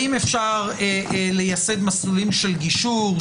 האם אפשר לייסד מסלולים של גישור,